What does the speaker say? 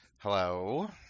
Hello